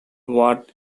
what